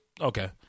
Okay